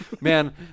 Man